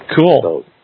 Cool